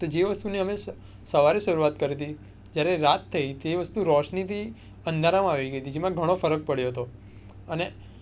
તો જે વસ્તુની અમે સવારે શરૂઆત કરી હતી ત્યારે રાત થઈ તે વસ્તુ રોશનીથી અંધારામાં આવી ગઈ જેમાં ઘણો ફરક પડ્યો હતો અને